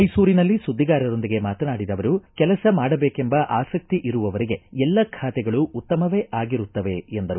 ಮೈಸೂರಿನಲ್ಲಿ ಸುದ್ದಿಗಾರರೊಂದಿಗೆ ಮಾತನಾಡಿದ ಅವರು ಕೆಲಸ ಮಾಡಬೇಕೆಂಬ ಆಸಕ್ತಿ ಇರುವವರಿಗೆ ಎಲ್ಲ ಖಾತೆಗಳೂ ಉತ್ತಮವೇ ಆಗಿರುತ್ತವೆ ಎಂದರು